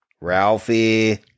Ralphie